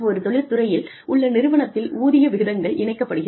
ஒரு தொழிற் துறையில் உள்ள நிறுவனத்தில் ஊதிய விகிதங்கள் இணைக்கப்படுகிறது